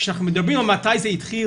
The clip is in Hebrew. כשאנחנו מדברים על מתי זה התחיל,